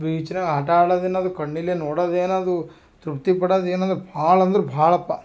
ಬೀಚ್ನಾಗೆ ಆಟ ಆಡೋದು ಏನದು ಕಣ್ಣಲ್ಲೇ ನೋಡೋದ್ ಏನದು ತೃಪ್ತಿ ಪಡೋದ್ ಏನದು ಭಾಳ್ ಅಂದ್ರೆ ಭಾಳಾಪ್ಪಾ